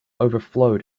overflowed